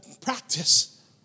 practice